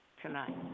tonight